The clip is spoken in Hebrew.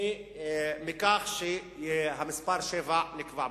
מכך שהמספר 7 נקבע בחוק.